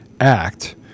act